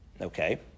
okay